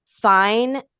fine